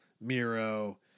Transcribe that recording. Miro